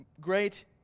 great